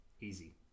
Easy